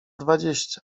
dwadzieścia